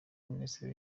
minisitiri